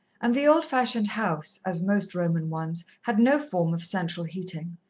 and the old-fashioned house, as most roman ones, had no form of central heating.